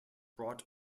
brought